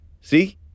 See